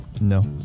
No